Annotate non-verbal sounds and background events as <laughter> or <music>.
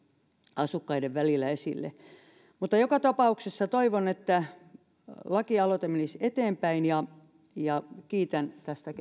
asukkaiden välillä mutta joka tapauksessa toivon että lakialoite menisi eteenpäin ja ja kiitän tästä <unintelligible>